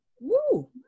woo